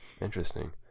Interesting